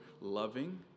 loving